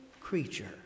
creature